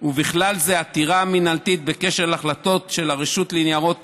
ובכלל זה עתירה מינהלתית בקשר להחלטות של הרשות לניירות ערך,